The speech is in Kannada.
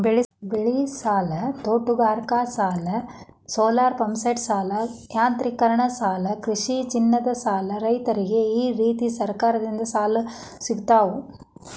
ಬೆಳಿಸಾಲ, ತೋಟಗಾರಿಕಾಸಾಲ, ಸೋಲಾರಪಂಪ್ಸೆಟಸಾಲ, ಯಾಂತ್ರೇಕರಣಸಾಲ ಕೃಷಿಚಿನ್ನದಸಾಲ ರೈತ್ರರಿಗ ಈರೇತಿ ಸರಕಾರದಿಂದ ಸಾಲ ಸಿಗ್ತಾವು